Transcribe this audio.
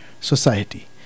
society